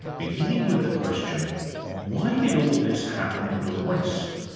beginning with the question why did all this happen in the west,